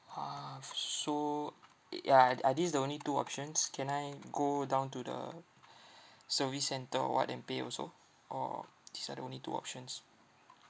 ah s~ so it ya are these the only two options can I go down to the service centre or what and pay also or these are the only two options